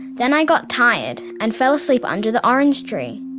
then i got tired and fell asleep under the orange tree.